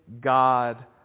God